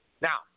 Now